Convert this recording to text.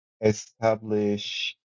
establish